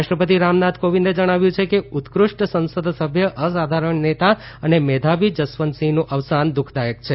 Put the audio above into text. રાષ્ટ્રપતિ રામનાથ કોવિંદે જણાવ્યું છે કે ઉત્કૃષ્ઠ સંસદસભ્ય અસાધારણ નેતા અને મેધાવી જસવંતસિંહનું અવસાન દુઃખદાયક છે